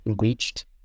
reached